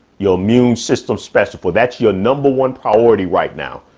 your immune system special. that's your number one priority right now.